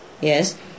yes